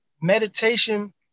meditation